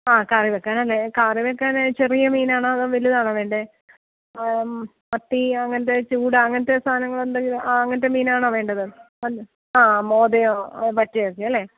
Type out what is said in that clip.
ആ കറി വെക്കാൻ അല്ലേ കറി വെക്കാനായി ചെറിയ മീനാണോ അതോ വലുതാണോ വേണ്ടത് മത്തി അങ്ങനെത്തെ ചൂട അങ്ങനെത്തെ സാധനങ്ങൾ എന്തെങ്കിലും അങ്ങനെത്തെ മീനാണോ വേണ്ടത് ആ മോതയോ അത് പറ്റുമായിരിക്കും അല്ലേ